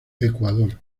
ecuador